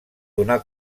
donar